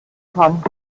kann